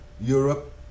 Europe